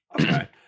Okay